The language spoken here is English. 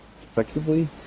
consecutively